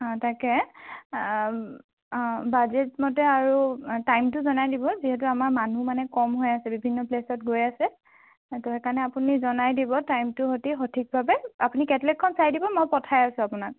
অ' তাকে বাজেটমতে আৰু টাইমটো জনাই দিব যিহেতু আমাৰ মানুহ মানে কম হৈ আছে বিভিন্ন প্লে'চত গৈ আছে সেইটো সেইকাৰণে আপুনি জনাই দিব টাইমটো সৈতে সঠিকভাৱে আপুনি কেটলগখন চাই দিব মই পঠাই আছোঁ আপোনাক